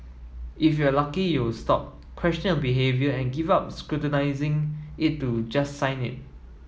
if you're lucky you'll stop question your behaviour and give up scrutinising it to just sign it